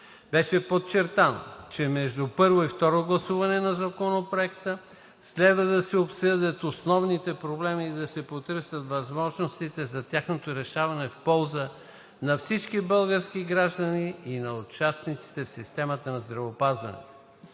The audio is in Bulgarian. Беше подчертано, че между първо и второ гласуване на Законопроекта следва да се обсъдят основните проблеми и да се потърсят възможностите за тяхното разрешаване в полза на всички български граждани и на участниците в системата на здравеопазването.